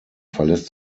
verlässt